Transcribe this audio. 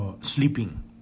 sleeping